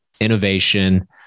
innovation